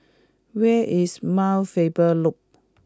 where is Mount Faber Loop